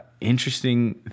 Interesting